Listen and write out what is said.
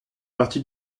partie